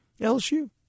LSU